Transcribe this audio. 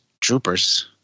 troopers